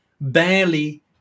barely